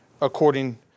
according